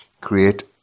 create